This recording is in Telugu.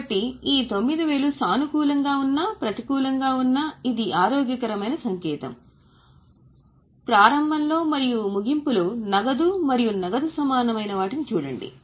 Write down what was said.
కాబట్టి ఈ 9000 సానుకూలంగా ఉన్నా ప్రతికూలంగా ఉన్నా ఇది ఆరోగ్యకరమైన సంకేతం మొత్తంగా చూడటం మరియు ప్రారంభంలో మరియు ముగింపు లో నగదు మరియు నగదు సమానమైన వాటిని చూడండి